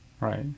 Right